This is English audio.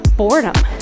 boredom